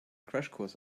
crashkurs